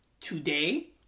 today